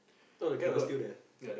no the guy was still there